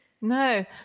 No